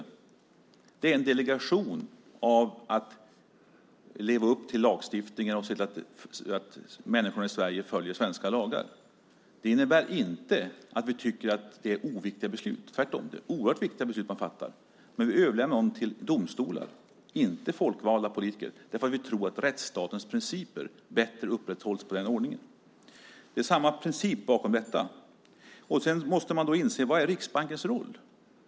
Det innebär en delegation av att leva upp till lagstiftningen och se till att människorna i Sverige följer svenska lagar. Det innebär inte att vi tycker att det är oviktiga beslut. Tvärtom - det är oerhört viktiga beslut som fattas. Men vi överlämnar dem till domstolar, inte folkvalda politiker, därför att vi tror att rättsstatens principer bättre upprätthålls med den ordningen. Det är samma princip bakom detta. Sedan måste man inse en sak. Vad är Riksbankens roll?